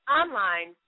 online